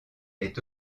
est